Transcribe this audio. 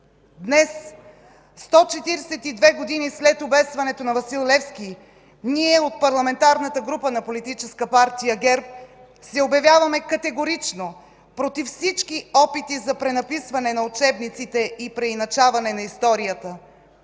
Днес, 142 години след обесването на Васил Левски, ние от Парламентарната група на Политическа партия ГЕРБ се обявяваме категорично против всички опити за пренаписване на учебниците и преиначаване на историята.